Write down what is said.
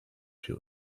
she